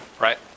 right